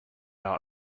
out